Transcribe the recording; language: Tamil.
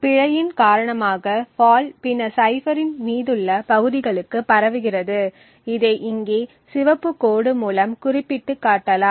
பிழையின் காரணமாக ஃபால்ட் பின்னர் சைஃப்பரின் மீதமுள்ள பகுதிகளுக்கு பரவுகிறது இதை இங்கே சிவப்பு கோடு மூலம் குறிப்பிட்டு காட்டலாம்